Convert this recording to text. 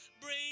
Bring